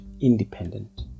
independent